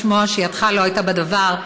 לשמוע שידך לא הייתה בדבר,